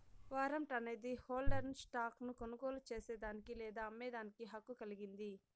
warrant అనేది హోల్డర్ను stock ను కొనుగోలు చేసేదానికి లేదా అమ్మేదానికి హక్కు కలిగింది